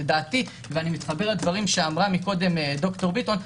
אני מתחבר לדברים שאמרה קודם ד"ר ביטון.